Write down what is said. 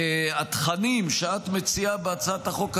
התכנים שאת מציעה בהצעת החוק הזו,